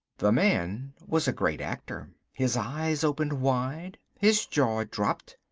the man was a great actor. his eyes opened wide, his jaw dropped,